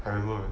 I remember